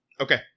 Okay